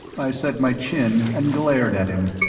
i set my chin and glared at him.